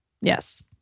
Yes